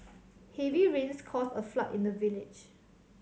heavy rains caused a flood in the village